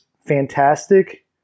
fantastic